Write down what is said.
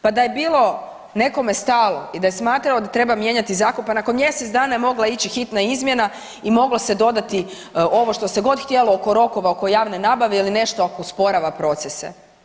Pa da je bilo nekome stalo i da je smatrao da treba mijenjati zakon, pa nakon mjesec dana je mogla ići hitna izmjena i moglo se dodati ovo, što se god htjelo oko rokova, oko javne nabave ili nešto, ako usporava procese.